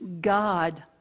God